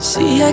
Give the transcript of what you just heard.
See